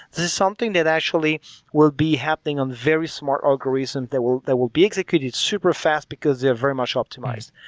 this is something that actually will be happening on very smart algorithms that will that will be executed super fast because they're very much optimized.